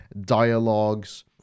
dialogues